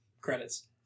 Credits